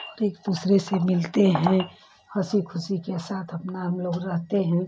और एक दूसरे से मिलते हैं हँसी खुशी के साथ अपना हम लोग रहते हैं